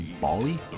Bali